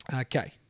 Okay